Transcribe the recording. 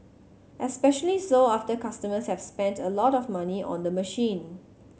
especially so after customers have spent a lot of money on the machine